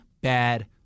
bad